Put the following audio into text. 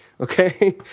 Okay